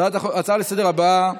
ההצעות הבאות